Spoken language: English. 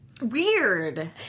Weird